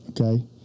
okay